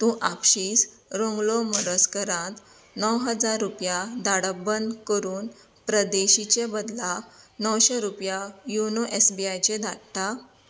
तूं आपशींच रगलो मोरजकाराक णव हजार रुपया धाडप बंद करून प्रदेशीचे बदला णवशीं रुपया योनो एस बी आयचेर धाडटा